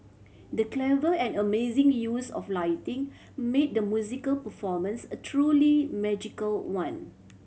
the clever and amazing use of lighting made the musical performance a truly magical one